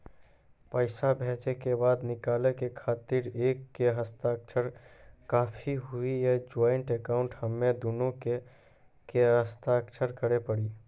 पैसा भेजै के बाद निकाले के खातिर एक के हस्ताक्षर काफी हुई या ज्वाइंट अकाउंट हम्मे दुनो के के हस्ताक्षर करे पड़ी?